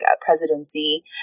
presidency